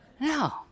No